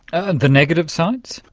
and the negative sides?